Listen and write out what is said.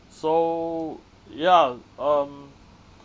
so ya um